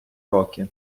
роки